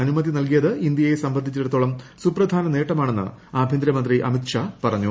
അനുമതി നൽകിയത് ഇന്ത്യയെ സംബന്ധിച്ചിടത്തോളം സുപ്രധാന നേട്ടമാണെന്ന് ആഭ്യന്തരമന്ത്രി അമിത് ഷാ പറഞ്ഞു